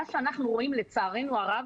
אנחנו רואים, לצערנו הרב,